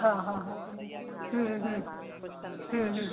हा हा हा हूं हू हूं हूं